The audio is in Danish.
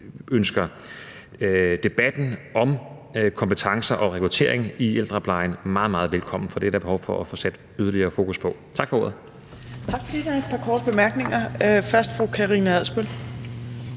byder debatten om kompetencer og rekruttering i ældreplejen meget, meget velkommen, for det er der behov for at få sat yderligere fokus på. Tak for ordet. Kl.